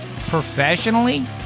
Professionally